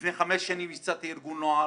לפני חמש שנים ייסדתי ארגון נוער,